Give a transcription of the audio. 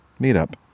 Meetup